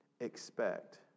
expect